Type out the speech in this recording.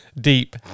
Deep